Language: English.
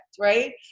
right